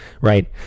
Right